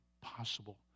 possible